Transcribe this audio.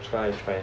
try try